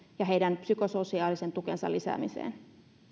ja heidän psykososiaalisen tukensa lisäämiseen